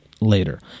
later